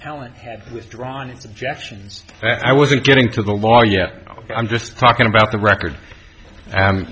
talent had withdrawn objections i wasn't getting to the law yet i'm just talking about the record